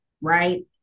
right